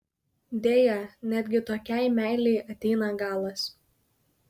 deja netgi tokiai meilei ateina galas